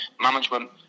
Management